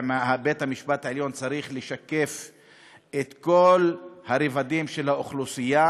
שבית-המשפט העליון צריך לשקף את כל הרבדים של האוכלוסייה.